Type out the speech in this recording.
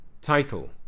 Title